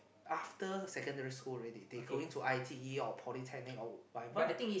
after secondary school already they going to i_t_e or Polytechnic or whatever lah